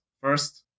first